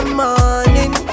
morning